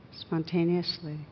spontaneously